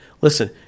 Listen